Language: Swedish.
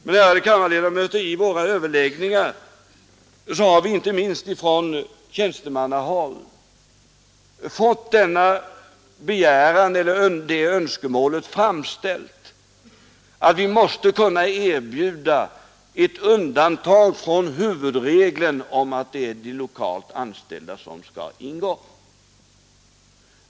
Men, ärade kammarledamöter, vid våra överläggningar har vi inte minst från tjänstemannahåll fått det önskemålet framställt, att vi måste kunna erbjuda ett undantag från huvudregeln om att det är de lokalt anställda som skall ingå.